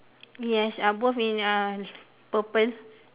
yes uh both in uh purple